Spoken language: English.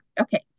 Okay